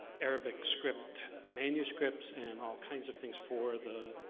arabic script manuscripts and all kinds of things for the